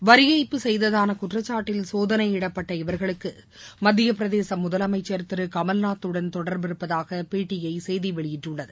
வரிஏய்ப்பு செய்ததான குற்றச்சாட்டில் சோதனைபிடப்பட்ட இவர்களுக்கு மத்தியபிரதேச திரு கமல்நாத்துடன் தொடர்பிருப்பதாக பிடிஐ செய்தி வெளியிட்டுள்ளது